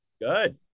Good